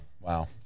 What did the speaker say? wow